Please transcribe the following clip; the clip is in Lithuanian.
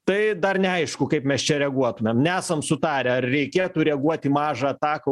tai dar neaišku kaip mes čia reaguotumėm nesam sutarę ar reikėtų reaguot į mažą ataką